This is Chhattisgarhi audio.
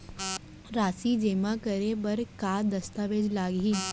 राशि जेमा करे बर का दस्तावेज लागही?